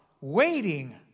waiting